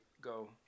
go